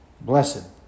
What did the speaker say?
blessed